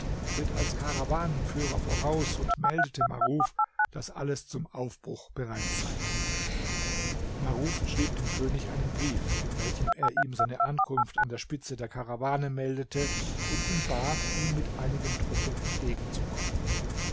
ritt als karawanenführer voraus und meldete maruf daß alles zum aufbruch bereit sei maruf schrieb dem könig einen brief in welchem er ihm seine ankunft an der spitze der karawane meldete und ihn bat ihm mit einigen truppen entgegenzukommen